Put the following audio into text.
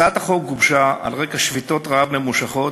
הצעת החוק הוגשה על רקע שביתות רעב ממושכות